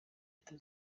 leta